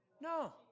No